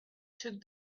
took